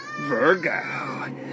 Virgo